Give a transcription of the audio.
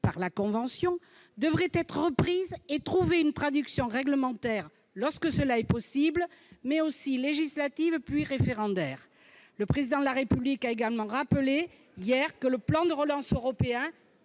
par la Convention devrait être reprise et trouver une traduction réglementaire lorsque cela est possible, mais aussi législative, puis référendaire. Le Président de la République a également rappelé hier que le plan de relance européen